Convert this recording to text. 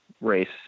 race